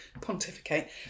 pontificate